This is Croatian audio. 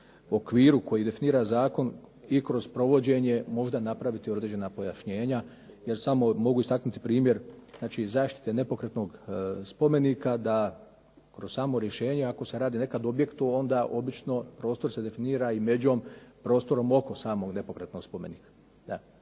okviru koji definira zakon i kroz provođenje možda napraviti određena pojašnjenja. Ja samo mogu istaknuti primjer znači zaštite nepokretnog spomenika da kroz samo rješenje, ako se radi nekad o objektu onda obično prostor se definira i međom, prostorom oko samog nepokretnog spomenika.